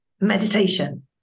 Meditation